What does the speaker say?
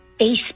Facebook